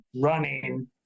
running